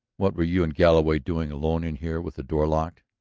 what were you and galloway doing alone in here with the door locked?